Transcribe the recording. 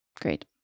Great